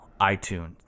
iTunes